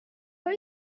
are